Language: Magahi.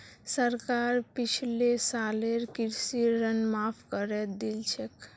सरकार पिछले सालेर कृषि ऋण माफ़ करे दिल छेक